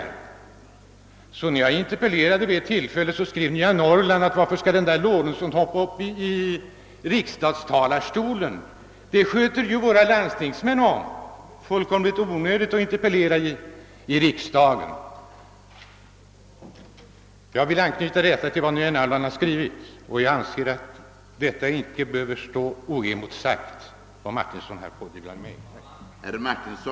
Vid det tillfälle då jag interpellerade skrev ni exempelvis i tidningen Nya Norrland: Varför skall den där Lorentzon hoppa upp i riksdagens talarstol? Det sköter ju våra landstingsmän om. Fullständigt onödigt att interpellera i riksdagen. Jag vill anknyta till vad Nya Norrland skrivit, då jag anser att vad herr Martinsson här har pådyvlat mig icke bör få stå oemotsagt.